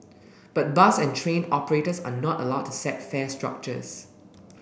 but bus and train operators are not allowed to set fare structures